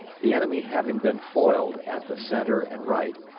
the enemy having been foiled at the centre and right,